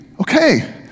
Okay